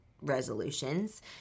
resolutions